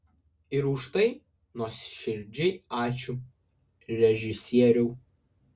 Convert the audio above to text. ir už tai nuoširdžiai ačiū režisieriau